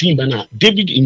David